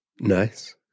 Nice